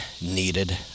needed